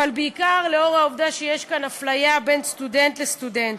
אבל בעיקר לנוכח העובדה שיש כאן אפליה בין סטודנט לסטודנט,